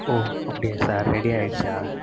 ஓ அப்படியா sir ready ஆகிடுச்சா